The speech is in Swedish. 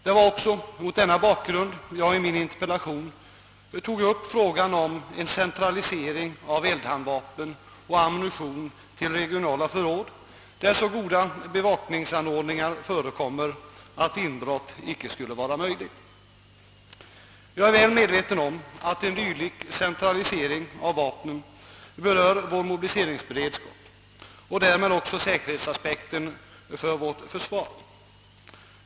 Det var som sagt också mot denna bakgrund jag i min interpellation tog upp frågan om en centralisering av eldhandvapen och ammunition till regionala förråd, där så goda bevakningsanordningar förekommer att inbrott icke skulle vara möjligt. Jag är väl medveten om att en dylik centralisering av vapnen berör vår mobiliseringsberedskap och därmed också säkerheten hos vårt försvar.